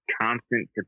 constant